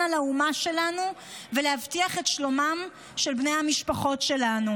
על האומה שלנו וכדי להבטיח את שלומם של בני המשפחות שלנו,